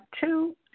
two